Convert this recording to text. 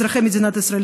אזרחי מדינת ישראל,